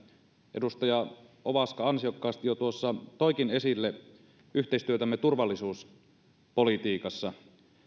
edustaja ovaska ansiokkaasti jo tuossa toikin esille yhteistyötämme turvallisuuspolitiikassa